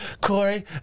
Corey